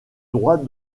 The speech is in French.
droit